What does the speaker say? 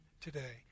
today